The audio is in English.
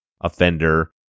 offender